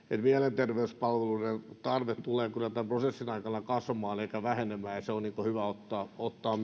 mielenterveyspalveluiden tarve tulee kyllä tämän prosessin aikana kasvamaan eikä vähenemään ja myöskin se on hyvä ottaa ottaa